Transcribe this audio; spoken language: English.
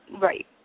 Right